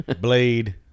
Blade